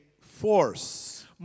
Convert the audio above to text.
force